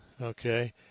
Okay